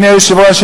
אדוני היושב-ראש,